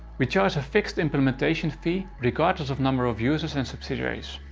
we charge a fixed implementation fee regardless of number of users and subsidiaries.